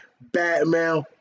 Batman